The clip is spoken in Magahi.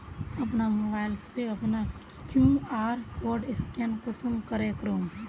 अपना मोबाईल से अपना कियु.आर कोड स्कैन कुंसम करे करूम?